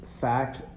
fact